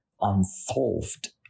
unsolved